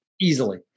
Easily